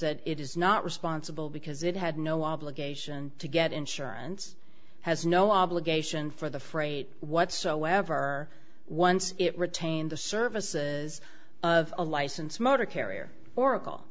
that it is not responsible because it had no obligation to get insurance has no obligation for the freight whatsoever once it retained the services of a license motor carrier oracle